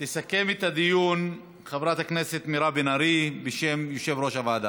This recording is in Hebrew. תסכם את הדיון חברת הכנסת מירב בן ארי בשם יושב-ראש הוועדה.